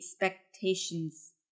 expectations